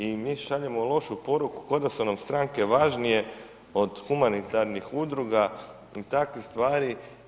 I mi šaljemo lošu poruku kao da su nam stranke važnije od humanitarnih udruga i takvih stvari.